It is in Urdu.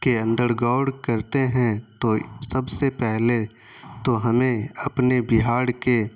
کے اندر غور کرتے ہیں تو سب سے پہلے تو ہمیں اپنے بہار کے